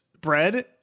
bread